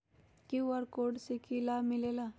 QR code से कि कि लाव मिलेला?